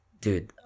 Dude